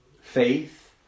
faith